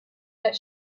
that